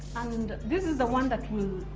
and, this is the one that we'll,